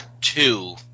two